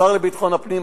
השר לביטחון הפנים,